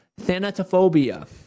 Thanatophobia